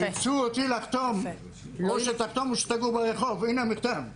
אילצו אותי לחתום, הנה המכתב.